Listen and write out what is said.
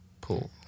Pool